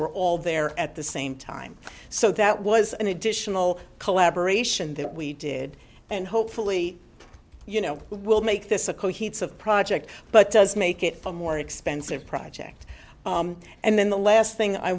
were all there at the same time so that was an additional collaboration that we did and hopefully you know will make this a cohesive project but does make it far more expensive project and then the last thing i